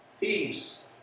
Peace